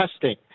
testing